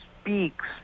speaks